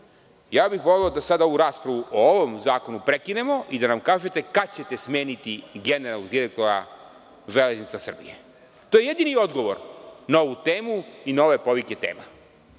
bih da sada ovu raspravu o ovom zakonu prekinemo i da nam kažete kada ćete smeniti generalnog direktora „Železnica Srbije“. To je jedini odgovor na ovu temu i na ove povike tema.